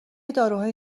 داروهای